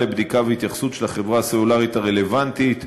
לבדיקה והתייחסות של החברה הסלולרית הרלוונטית,